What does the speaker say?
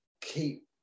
keep